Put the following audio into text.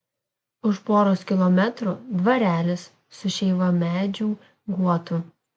už poros kilometrų dvarelis su šeivamedžių guotu